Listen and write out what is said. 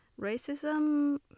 racism